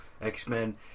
X-Men